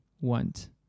want